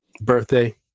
birthday